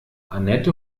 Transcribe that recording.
annette